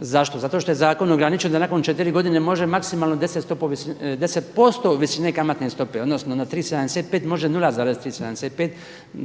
Zašto? Zato što je zakon ograničen da nakon 4 godine može maksimalno 10% visine kamatne stope odnosno na 3,75 može 0,375,